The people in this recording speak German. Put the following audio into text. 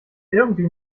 irgendwie